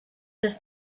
this